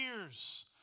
years